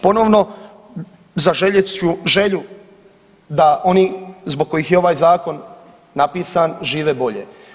Ponovno, zaželjet ću želju da oni zbog kojih je ovaj zakon napisan žive bolje.